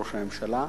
ראש הממשלה,